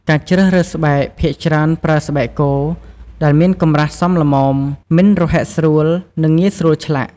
ការជ្រើសរើសស្បែក ភាគច្រើនប្រើ ស្បែកគោ ដែលមានកម្រាស់សមល្មម មិនរហែកស្រួល និងងាយស្រួលឆ្លាក់។